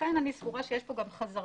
לכן אני סבורה שיש פה גם חזרתיות.